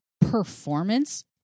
performance